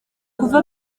kuva